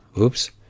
oops